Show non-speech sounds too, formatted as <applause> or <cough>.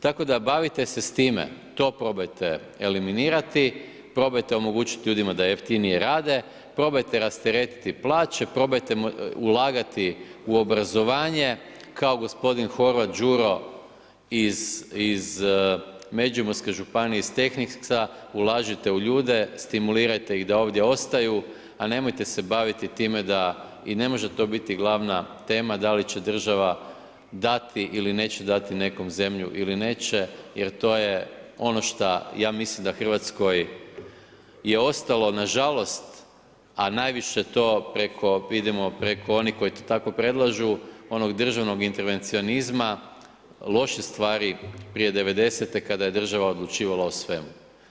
Tako da bavite se s time, to probajte eliminirati, probajte omogućiti ljudima da jeftinije rade, probajte rasteretiti plaće, probajte ulagati u obrazovanje, kao gospodin Horvat Đuro iz Međimurske županije iz ... <unintelligible> ulažite u ljude, stimulirajte ih da ovdje ostaju, a nemojte se baviti time da i ne može to biti glavna tema da li će država dati ili neće dati nekom zemlju ili neće jer to je ono što ja mislim da Hrvatskoj je ostalo na žalost, a najviše to vidimo preko onih koji to tako predlažu, onog državnog intervencionizma, loše stvari prije '90. kada je država odlučivala o svemu.